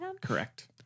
Correct